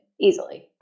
easily